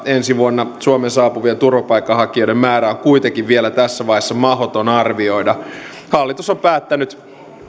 ensi vuonna suomeen saapuvien turvapaikanhakijoiden määrää on kuitenkin vielä tässä vaiheessa mahdoton arvioida hallitus on päättänyt